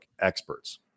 experts